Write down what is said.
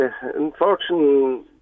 unfortunately